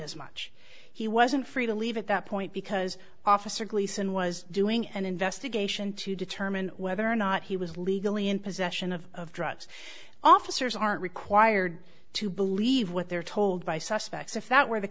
as much he wasn't free to leave at that point because officer gleason was doing an investigation to determine whether or not he was legally in possession of drugs officers aren't required to believe what they're told by suspects if that were the